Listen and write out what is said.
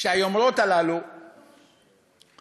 שהיומרות הללו והשאיפות